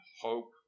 hope